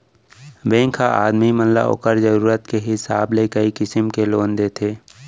bank ह आदमी मन ल ओकर जरूरत के हिसाब से कई किसिम के लोन देथे